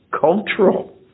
cultural